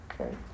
Okay